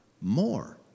more